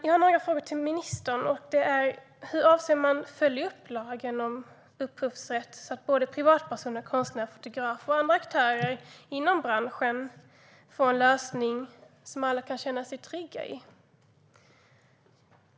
Jag har några frågor till ministern: Hur avser man att följa upp lagen om upphovsrätt så att såväl privatpersoner som konstnärer, fotografer och alla andra aktörer inom branschen får en lösning som alla kan känna sig trygga med?